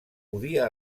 podia